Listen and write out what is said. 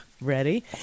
ready